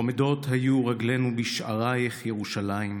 עמדות היו רגלינו בשעריך ירושלם.